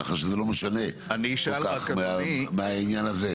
כך שזה לא משנה מעניין הזה.